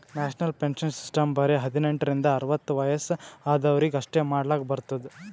national pension system ಬರೆ ಹದಿನೆಂಟ ರಿಂದ ಅರ್ವತ್ ವಯಸ್ಸ ಆದ್ವರಿಗ್ ಅಷ್ಟೇ ಮಾಡ್ಲಕ್ ಬರ್ತುದ್